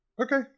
okay